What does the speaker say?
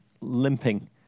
limping